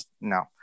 no